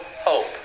hope